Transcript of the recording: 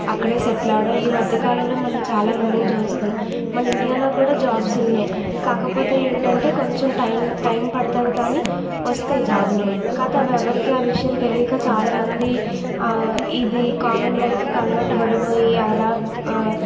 అక్కడే సెటిల్ అవడం ఈ మధ్యకాలంలో మనం చాలామందిని చూస్తున్నాం మన ఇండియాలో కూడా జాబ్స్ ఉన్నాయి కాకపోతే ఏమిటంటే కొంచెం టైమ్ టైమ్ పడుతుంది కాని వస్తాయి జాబులు కాపోతే అవి ఎవరికి ఆ విషయం తెలియకా చాలామంది ఇది కామన్ లైఫ్కి అలవాటు పడిపోయి